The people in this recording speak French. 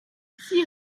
six